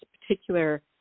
particular